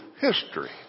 history